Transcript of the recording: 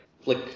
flick